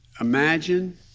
Imagine